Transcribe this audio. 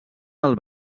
del